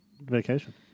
vacation